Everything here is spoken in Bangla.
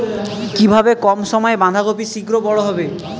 কিভাবে কম সময়ে বাঁধাকপি শিঘ্র বড় হবে?